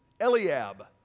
Eliab